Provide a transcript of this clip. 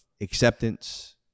acceptance